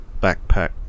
backpack